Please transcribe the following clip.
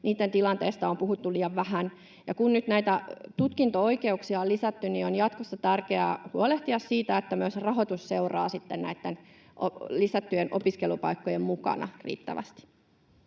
niitten tilanteesta on puhuttu liian vähän. Kun nyt näitä tutkinto-oikeuksia on lisätty, on jatkossa tärkeää huolehtia siitä, että myös rahoitus sitten seuraa näitten lisättyjen opiskelupaikkojen mukana riittävästi.